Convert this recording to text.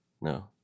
no